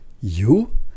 You